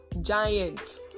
giant